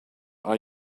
are